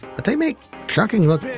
but they make trucking look,